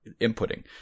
inputting